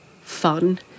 fun